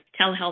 telehealth